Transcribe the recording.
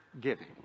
giving